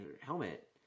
helmet